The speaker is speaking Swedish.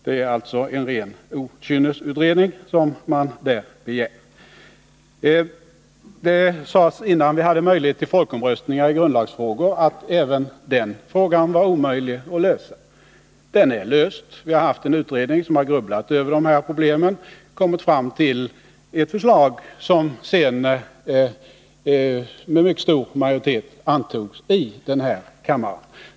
Det är alltså en ren okynnesutredning som socialdemokraterna där begär. Innan vi hade möjlighet att anordna folkomröstningar i grundlagsfrågor sades det att även den frågan var omöjlig att lösa. Den är löst. En utredning har grubblat över problemen och kommit fram till ett förslag som sedan med mycket stor majoritet antogs här i kammaren.